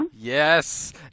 Yes